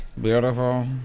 Beautiful